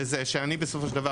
בזה שבסופו של דבר,